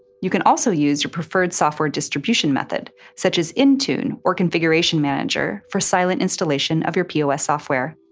you can also use your preferred software distribution method, such as intune or configuration manager for silent installation of your pos software.